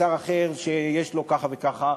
ושר אחר שיש לו ככה וככה,